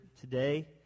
today